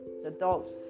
adults